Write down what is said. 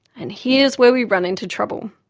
and here's where we run into trouble.